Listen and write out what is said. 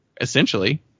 essentially